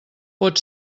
pot